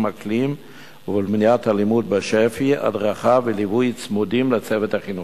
אקלים ולמניעת אלימות בשפ"י הדרכה וליווי צמודים לצוות החינוכי.